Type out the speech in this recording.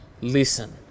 Listen